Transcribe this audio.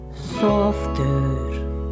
Softer